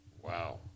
Wow